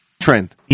Trend